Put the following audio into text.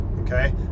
okay